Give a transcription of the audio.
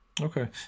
Okay